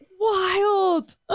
wild